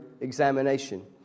examination